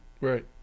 Right